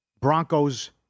Broncos